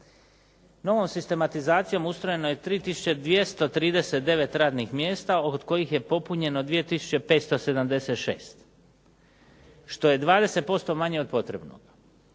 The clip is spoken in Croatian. Novom sistematizacijom ustrojeno je 3 tisuće 239 radnih mjesta od kojih je popunjeno 2 tisuće 576 što je 20% manje od potrebnoga.